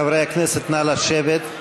חברי הכנסת, נא לשבת.